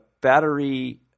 battery